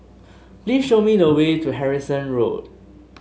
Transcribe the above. please show me the way to Harrison Road